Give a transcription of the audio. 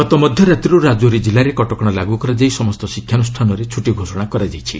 ଗତ ମଧ୍ୟରାତ୍ରିରୁ ରାଜୌରୀ କିଲ୍ଲାରେ କଟକଣା ଲାଗୁ କରାଯାଇ ସମସ୍ତ ଶିକ୍ଷାନୁଷ୍ଠାନରେ ଛୁଟି ଘୋଷଣା କରାଯାଇଛି